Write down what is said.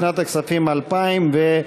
משרד הבריאות,